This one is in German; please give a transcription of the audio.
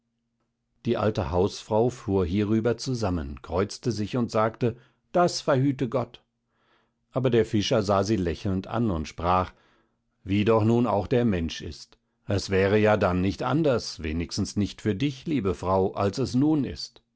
die alte hausfrau fuhr hierüber zusammen kreuzte sich und sagte das verhüte gott aber der fischer sahe sie lächelnd an und sprach wie doch auch nun der mensch ist es wäre ja dann nicht anders wenigstens nicht für dich liebe frau als es nun ist